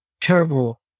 terrible